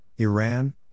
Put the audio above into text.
Iran